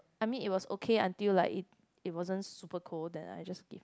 I mean it was okay until like it it wasn't super cold then I just give my